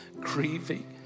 grieving